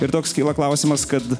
ir toks kyla klausimas kad